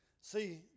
See